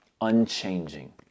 unchanging